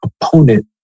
opponent